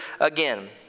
again